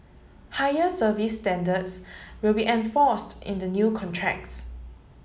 higher service standards will be enforced in the new contracts